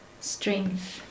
strength